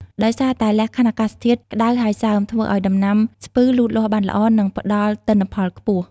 ដោយសារតែលក្ខខណ្ឌអាកាសធាតុក្ដៅហើយសើម ធ្វើឱ្យដំណាំស្ពឺលូតលាស់បានល្អ និងផ្ដល់ទិន្នផលខ្ពស់។